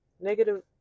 Negative